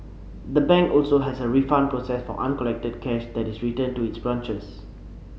the bank also has a refund process for uncollected cash that is returned to its branches